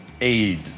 Aid